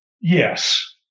Yes